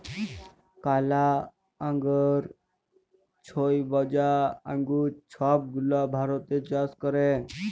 কালা আঙ্গুর, ছইবজা আঙ্গুর ছব গুলা ভারতে চাষ ক্যরে